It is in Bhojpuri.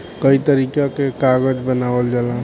कई तरीका के कागज बनावल जाला